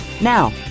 Now